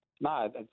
no